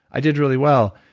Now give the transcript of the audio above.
i did really well.